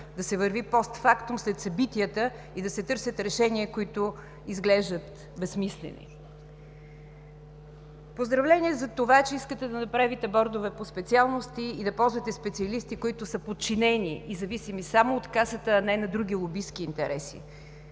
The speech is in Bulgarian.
да се върви постфактум след събитията и да се търсят решения, които изглеждат безсмислени. Поздравления за това, че искате да направите бордове по специалности и да ползвате специалисти, които са подчинени и зависими само от Касата, а не на други лобистки интереси.